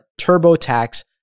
TurboTax